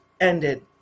ended